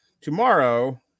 Tomorrow